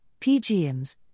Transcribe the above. PGMs